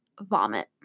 vomit